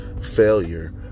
failure